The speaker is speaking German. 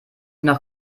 nach